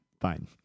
fine